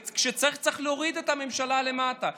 וכשצריך, צריך להוריד את הממשלה למטה.